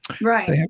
Right